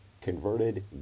converted